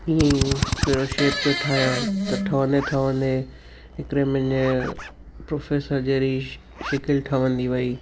हीअं ई कहिड़ो शेप पियो ठाहिया त ठहंदे ठहंदे हिकिड़े मुंहिंजा प्रोफैसर जहिड़ी शिकिलि ठहंदी वई